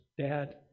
Dad